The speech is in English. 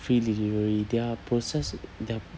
free delivery their process their